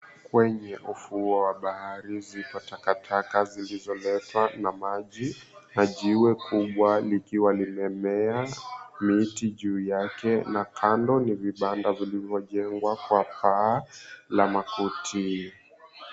Kwenye ufuo wa bahari zipo takataka zilizoletwa na maji. Maji huo kubwa likiwa limemea miti juu yake na kando ni vibanda vilivyojengwa kwa paa la makuti.